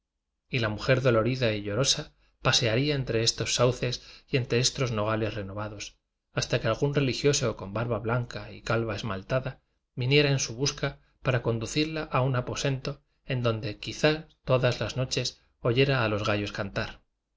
y la mujer dolorida y llorosa pa searía entre estos sauces y entre estos no gales renovados hasta que algún religioso con barba blanca y calva esmaltada viniera en su busca para conducirla a su aposento en donde quizá todas las noches oyera a los gallos cantar